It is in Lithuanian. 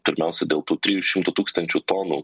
pirmiausia dėl tų trijų šimtų tūkstančių tonų